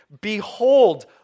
Behold